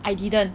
I didn't